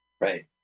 right